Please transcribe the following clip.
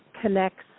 connects